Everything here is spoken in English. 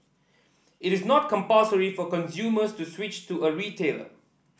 it is not compulsory for consumers to switch to a retailer